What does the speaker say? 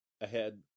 ahead